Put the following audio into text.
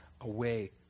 away